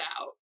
out